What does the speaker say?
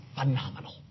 phenomenal